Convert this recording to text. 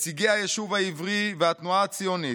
נציגי היישוב העברי והתנועה הציונית,